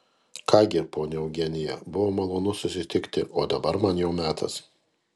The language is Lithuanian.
ką gi ponia eugenija buvo malonu susitikti o dabar man jau metas